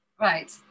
Right